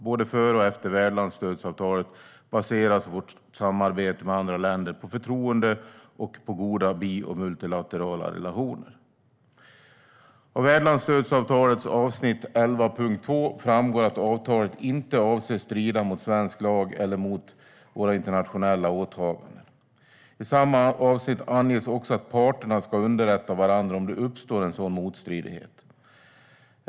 Både före och efter värdlandsstödsavtalet baseras vårt samarbete med andra länder på förtroende och på goda bi och multilaterala relationer. Av värdlandsstödsavtalets avsnitt 11.2 framgår att avtalet inte avser att strida mot svensk lag eller mot våra internationella åtaganden. I samma avsnitt anges också att parterna ska underrätta varandra om det uppstår en sådan motstridighet.